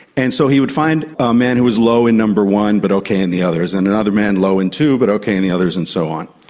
and so he would find a man who was low in number one but okay in the others, and another man low in two but okay in the others, and so on.